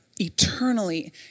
eternally